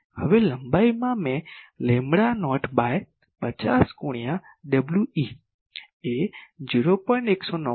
હવે લંબાઈ મેં લેમ્બડા નોટ બાય 50 ગુણ્યા we એ 0